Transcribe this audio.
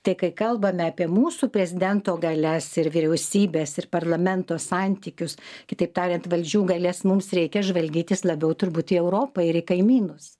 tai kai kalbame apie mūsų prezidento galias ir vyriausybės ir parlamento santykius kitaip tariant valdžių galias mums reikia žvalgytis labiau turbūt į europą ir į kaimynus